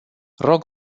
rog